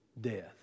death